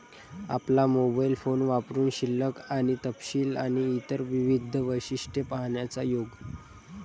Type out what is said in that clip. आपला mobile phone वापरुन शिल्लक आणि तपशील आणि इतर विविध वैशिष्ट्ये पाहण्याचा योग